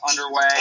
underway